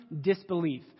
disbelief